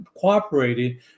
cooperating